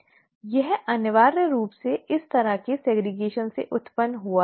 यह अनिवार्य रूप से इस तरह के अलगाव से उत्पन्न हुआ है